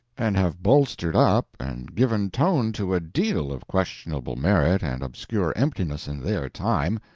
and have bolstered up and given tone to a deal of questionable merit and obscure emptiness in their time,